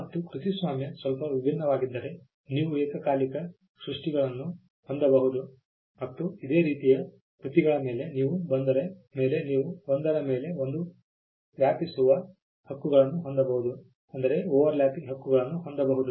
ಮತ್ತು ಕೃತಿಸ್ವಾಮ್ಯ ಸ್ವಲ್ಪ ವಿಭಿನ್ನವಾಗಿದ್ದರೆ ನೀವು ಏಕಕಾಲಿಕ ಸೃಷ್ಟಿಗಳನ್ನು ಹೊಂದಬಹುದು ಮತ್ತು ಇದೇ ರೀತಿಯ ಕೃತಿಗಳ ಮೇಲೆ ನೀವು ಒಂದರ ಮೇಲೆ ಒಂದು ವ್ಯಾಪಿಸುವ ಹಕ್ಕುಗಳನ್ನು ಹೊಂದಬಹುದು